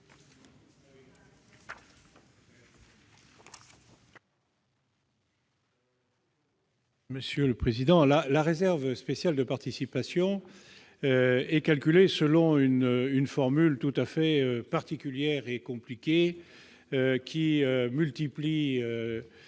Tourenne. La réserve spéciale de participation est calculée selon une formule tout à fait particulière et compliquée : il faut multiplier